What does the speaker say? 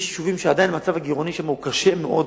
יש יישובים שעדיין המצב הגירעוני שם קשה מאוד,